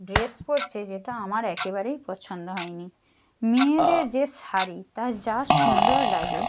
dress পরছে যেটা আমার একেবারেই পছন্দ হয়নি মেয়েদের যে শাড়ি তা যা সুন্দর লাগে